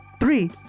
Three